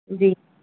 جی